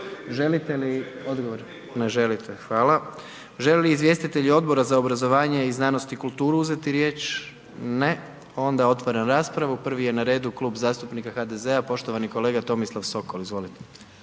Želite li odgovor? Ne želite. Hvala. Žele li izvjestitelji Odbora za obrazovanje i znanost i kulturu uzeti riječ? Ne. Onda otvaram raspravu. Prvi je na redu Klub zastupnika HDZ-a, poštovani kolega Tomislav Sokol, izvolite.